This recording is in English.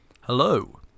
Hello